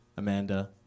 Amanda